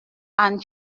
and